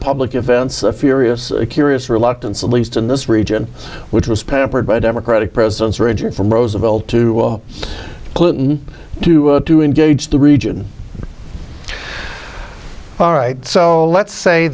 public events the furious curious reluctance at least in this region which was peppered by democratic presidents ranging from roosevelt to clinton to to engage the region all right so let's say